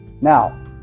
Now